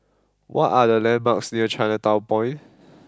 what are the landmarks near Chinatown Point